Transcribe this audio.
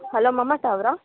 hello Mamata ಅವರಾ